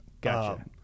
Gotcha